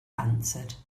answered